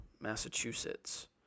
Massachusetts